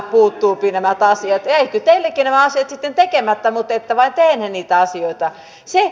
jäivätkö teilläkin nämä asiat sitten tekemättä ette vain tehneet niitä asioita